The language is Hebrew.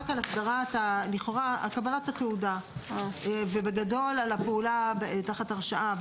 אבל דיברנו רק לכאורה על קבלת התעודה ובגדול על הפעולה תחת הרשאה.